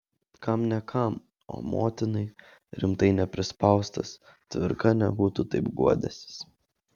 kam ne kam o motinai rimtai neprispaustas cvirka nebūtų taip guodęsis